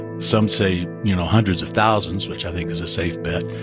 some say, you know, hundreds of thousands, which, i think, is a safe bet.